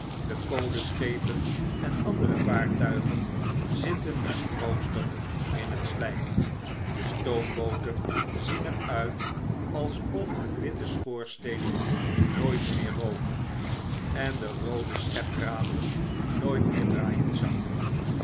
de kolenschepen en andere vaartuigen zitten mistroostig in het sljjk de stoombooten zien er uit alsof hun witte schoorsteenen nooit meer rooken en hun roode schepraderen nooit meer draaien zouden